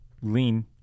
lean